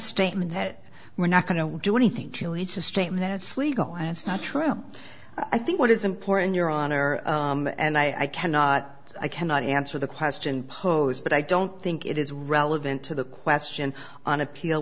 statement that we're not going to do anything to each a statement it's legal and it's not true i think what is important your honor and i cannot i cannot answer the question posed but i don't think it is relevant to the question on appeal